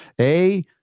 A-